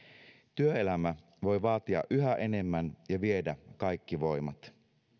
työelämä voi vaatia yhä enemmän ja viedä kaikki voimat